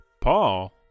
Paul